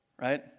right